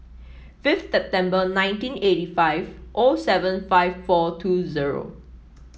fifth September nineteen eighty five O seven five four two zero